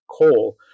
coal